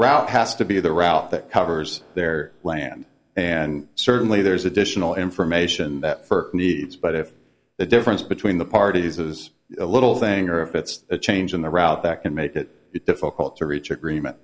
route has to be the route that covers their land and certainly there's additional information that for needs but if the difference between the parties is a little thing or if it's a change in the route that can make it difficult to reach agreement